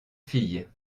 fille